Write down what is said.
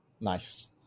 Nice